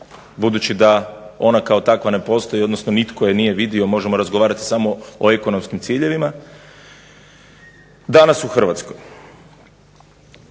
budući da ona kao takva ne postoji, odnosno nitko je nije vidio. Možemo razgovarati samo o ekonomskim ciljevima. Danas u Hrvatskoj